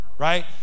Right